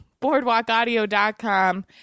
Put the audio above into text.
boardwalkaudio.com